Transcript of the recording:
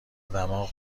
دماغ